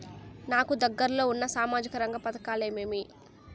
నాకు దగ్గర లో ఉన్న సామాజిక రంగ పథకాలు ఏమేమీ?